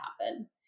happen